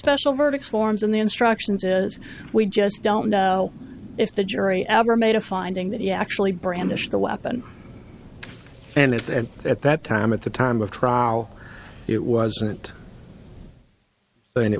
special verdict forms in the instructions is we just don't know if the jury ever made a finding that he actually brandished the weapon and that at that time at the time of trial it wasn't